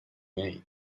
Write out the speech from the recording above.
made